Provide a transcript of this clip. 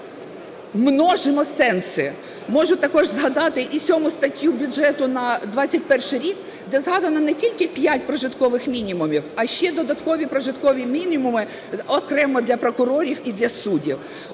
Ми множимо сенси. Можу також згадати і 7 статтю бюджету на 2021 рік, де згадано не тільки 5 прожиткових мінімумів, а ще додаткові прожиткові мінімуми окремо для прокурорів і для суддів.